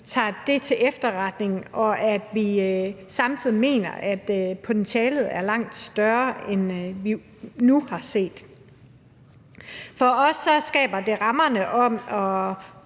har vist, til efterretning. Vi mener samtidig, at potentialet er langt større, end vi nu har set. For os skaber det rammerne for